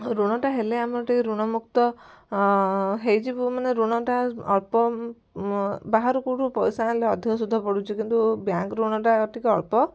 ଋଣ ଟା ହେଲେ ଆମେ ଟିକେ ଋଣ ମୁକ୍ତ ହେଇଯିବୁ ମାନେ ଋଣଟା ଅଳ୍ପ ବାହାରୁ କେଉଁଠୁ ପଇସା ଆଣିଲେ ଅଧିକ ସୁଧ ପଡ଼ୁଛି କିନ୍ତୁ ବ୍ୟାଙ୍କର ଋଣଟା ଟିକେ ଅଳ୍ପ